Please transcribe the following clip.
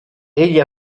egli